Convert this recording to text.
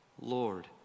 Lord